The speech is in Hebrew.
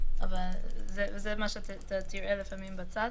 --- אבל כאן הנוסח תקראי שוב את (ג).